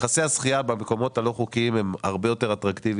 יחסי הזכייה במקומות הלא חוקיים הם הרבה יותר אטרקטיביים.